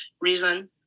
reason